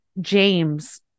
James